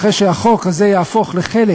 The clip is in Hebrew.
אחרי שהחוק הזה יהפוך לחלק